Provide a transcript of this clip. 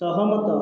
ସହମତ